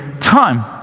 time